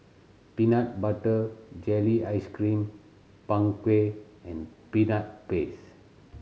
peanut butter jelly ice cream Png Kueh and Peanut Paste